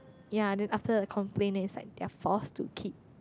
ya then after the complain then is like they're forced to keep